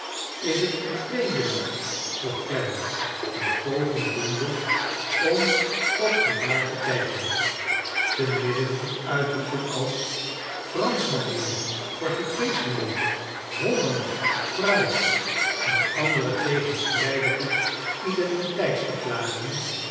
is het een vreemdeling vroeg clennam een poging doende om op de baar te kijken charles dickens te midden van uitroepen als jfranschman mijnheer i portugees mijnheer hollander pruis i en andere tegenstrrjdige identitcitsverklaringen